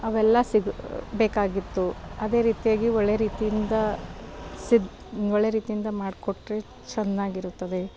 ಅವೆಲ್ಲ ಸಿಗ್ ಬೇಕಾಗಿತ್ತು ಅದೇ ರೀತಿಯಾಗಿ ಒಳ್ಳೆಯ ರೀತಿಯಿಂದ ಸಿದ್ ಒಳ್ಳೆಯ ರೀತಿಯಿಂದ ಮಾಡ್ಕೊಟ್ರೆ ಚೆನ್ನಾಗಿರುತ್ತದೆ